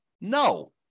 No